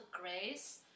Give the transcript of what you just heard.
grace